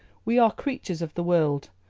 we are creatures of the world,